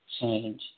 change